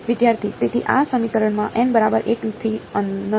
તેથી આ સમીકરણમાં n બરાબર 1 થી અનંત